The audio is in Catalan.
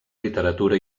literatura